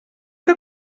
que